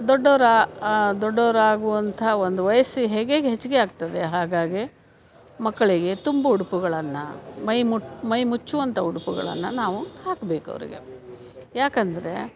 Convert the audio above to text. ದೊಡ್ಡವರಾ ದೊಡ್ಡವರಾಗುವಂತಹ ಒಂದು ವಯಸ್ಸು ಹೇಗೇಗೆ ಹೆಚ್ಚಿಗೆ ಆಗ್ತದೆ ಹಾಗಾಗೇ ಮಕ್ಕಳಿಗೆ ತುಂಬು ಉಡುಪುಗಳನ್ನು ಮೈ ಮುಟ್ಟು ಮೈ ಮುಚ್ಚುವಂಥ ಉಡುಪುಗಳನ್ನು ನಾವು ಹಾಕ್ಬೇಕು ಅವರಿಗೆ ಯಾಕೆಂದರೆ